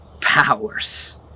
powers